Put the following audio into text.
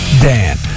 Dan